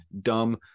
dumb